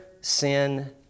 sin